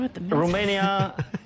Romania